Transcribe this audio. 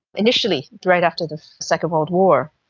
initially, right after the second world war,